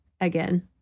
again